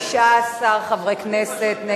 19 חברי כנסת.